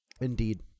Indeed